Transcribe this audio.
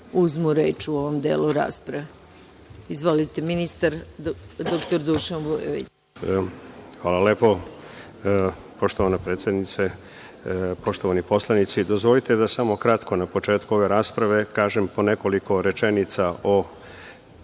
uzmu reč u ovom delu rasprave? Izvolite. Ministar dr Dušan Vujović. **Dušan Vujović** Hvala lepo poštovana predsednice. Poštovani poslanici, dozvolite mi da samo kratko na početku ove rasprave kažem po nekoliko rečenica o